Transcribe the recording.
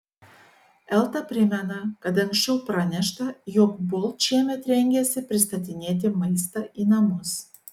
elta primena kad anksčiau pranešta jog bolt šiemet rengiasi pristatinėti maistą į namus